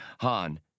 Han